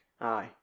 aye